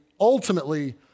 ultimately